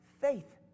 Faith